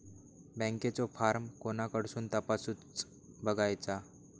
बँकेचो फार्म कोणाकडसून तपासूच बगायचा?